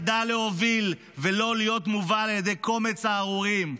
שידע להוביל ולא להיות מובל על ידי קומץ סהרורים,